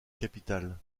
capital